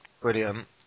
Brilliant